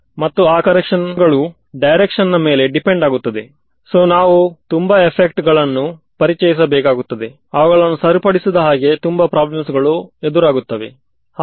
ವಿದ್ಯಾರ್ಥಿ Maxwell's Maxwell ನ ಸಮೀಕರಣಗಳು ಅರ್ಥಾತ್ ನ್ನು ತೆಗೆದುಕೊಂಡರೆ ನ್ನು ಕೊಡುತ್ತದೆ ಈಗ ನಾನು ನ್ನು ಹೇಗೆ ತೆಗೆದುಕೊಳ್ಳಲಿ